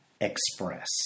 express